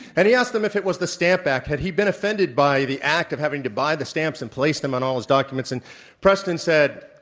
and he asked him if it was the stamp back. had he been offended by the act of having to buy the stamps and place them on all his documents and preston said,